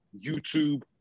youtube